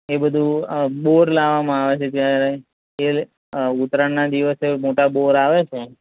એ બધું બોર લાવવામાં આવે છે જયારે એ ઉત્તરાયણના દિવસે મોટા બોર આવે છે